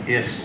Yes